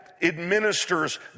administers